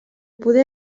poder